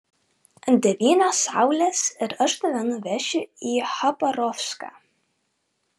devynios saulės ir aš tave nuvešiu į chabarovską